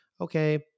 okay